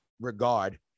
regard